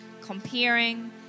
comparing